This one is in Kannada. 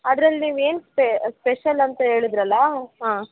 ಅದ್ರಲ್ಲಿ ನೀವು ಏನು ಸ್ಪೇ ಸ್ಪೆಷಲ್ ಅಂತ ಹೇಳದ್ರಲ್ಲಾ ಹಾಂ